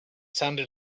sounded